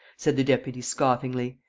said the deputy, scoffingly.